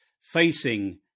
facing